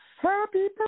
Happy